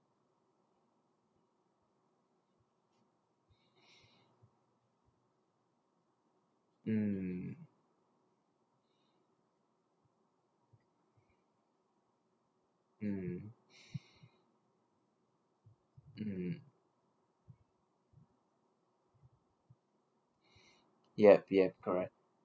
mm mm mm yup yup correct